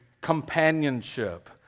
companionship